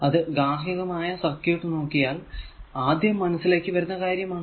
അത് ഗാർഹികമായ സർക്യൂട് നോക്കിയാൽ ആദ്യം മനസ്സിലേക്ക് വരുന്ന കാര്യമാണ്